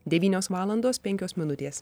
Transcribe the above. devynios valandos penkios minutės